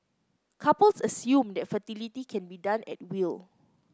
couples assume that fertility can be done at will